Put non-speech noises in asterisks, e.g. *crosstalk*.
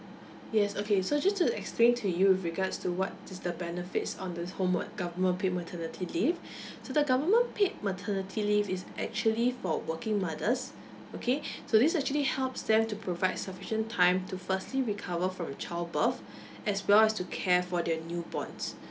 yes okay so just to explain to you with regards to what is the benefits on this homework government paid maternity leave *breath* so the government paid maternity leave is actually for working mothers okay so this actually helps them to provide sufficient time to firstly recover from child birth *breath* as well as to care for the newborns